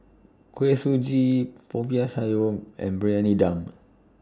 Kuih Suji Popiah Sayur and Briyani Dum